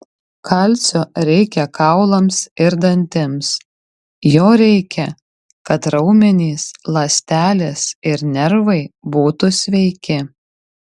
kalcio reikia kaulams ir dantims jo reikia kad raumenys ląstelės ir nervai būtų sveiki